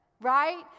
Right